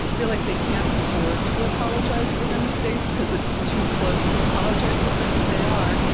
feel like they can't afford to apologize for their mistakes, because it's too close to apologizing for who they are,